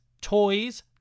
toys